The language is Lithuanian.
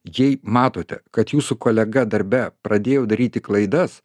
jei matote kad jūsų kolega darbe pradėjo daryti klaidas